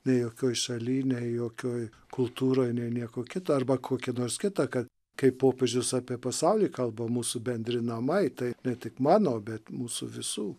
nei jokioj šaly nei jokioj kultūroj nė nieko kito arba kokia nors kita kad kai popiežius apie pasaulį kalba mūsų bendri namai tai ne tik mano bet mūsų visų